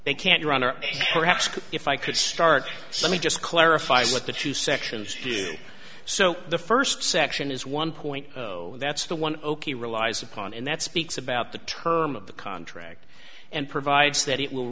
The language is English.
they can't run or perhaps if i could start so let me just clarify that the two sections so the first section is one point that's the one ok relies upon and that speaks about the terms of the contract and provides that it will